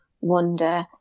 wonder